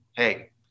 hey